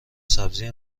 سبزی